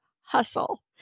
hustle